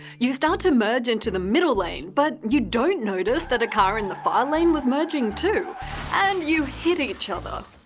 you start to merge into the middle lane, but you don't notice that a car in the far lane was merging too-and and you hit each other.